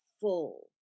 full